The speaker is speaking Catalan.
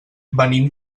venim